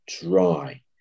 dry